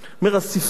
הוא אומר: "הספרות,